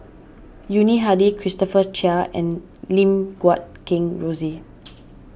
Yuni Hadi Christopher Chia and Lim Guat Kheng Rosie